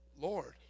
Lord